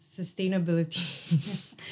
sustainability